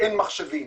אין מחשבים.